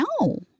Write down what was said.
No